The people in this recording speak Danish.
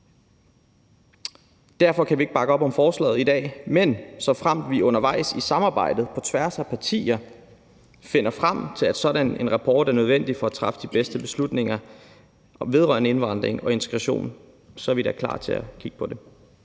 Derfor kan vi ikke bakke op om forslaget i dag. Men såfremt vi undervejs i samarbejdet på tværs af partier finder frem til, at sådan en rapport er nødvendig for at træffe de bedste beslutninger vedrørende indvandring og integration, så er vi da klar til at kigge på det.